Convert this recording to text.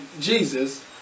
Jesus